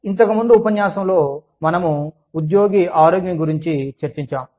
ఇంతకుముందు ఉపన్యాసంలో మనము ఉద్యోగి ఆరోగ్యం గురించి చర్చించాం